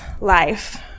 life